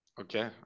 Okay